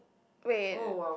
wait